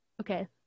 Okay